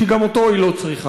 שגם אותו היא לא צריכה,